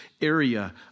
area